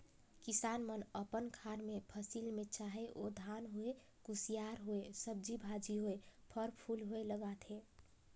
किसान मन अपन खार मे फसिल में चाहे ओ धान होए, कुसियार होए, सब्जी भाजी होए, फर फूल होए लगाथे